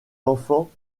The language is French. enfants